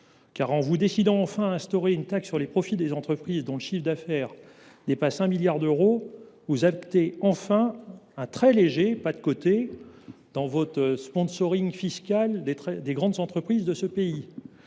En vous décidant enfin à instaurer une taxe sur les profits des entreprises dont le chiffre d’affaires dépasse 1 milliard d’euros, vous exécutez un très léger pas de côté par rapport à votre fiscal des grandes entreprises de ce pays,